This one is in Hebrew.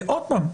עוד פעם,